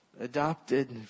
adopted